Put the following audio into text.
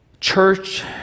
church